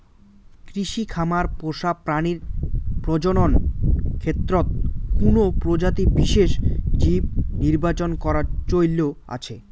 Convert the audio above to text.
কৃষি খামার পোষা প্রাণীর প্রজনন ক্ষেত্রত কুনো প্রজাতির বিশেষ জীব নির্বাচন করার চৈল আছে